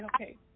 Okay